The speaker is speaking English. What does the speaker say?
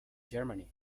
germany